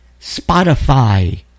Spotify